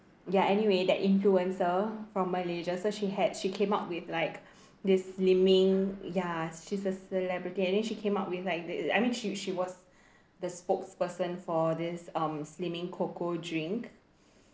ya anyway that influencer from malaysia so she had she came up with like this slimming ya she's a celebrity and then she came up with like I mean she she was the spokesperson for this um slimming cocoa drink